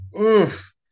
Oof